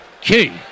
Key